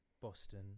Boston